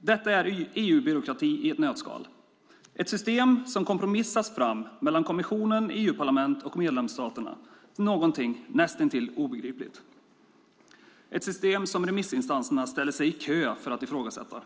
Detta är EU-byråkrati i ett nötskal. Det är ett system som har kompromissats fram mellan kommissionen, EU-parlamentet och medlemsstaterna till någonting näst intill obegripligt. Det är ett system som remissinstanserna ställer sig i kö för att ifrågasätta.